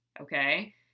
Okay